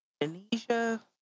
Indonesia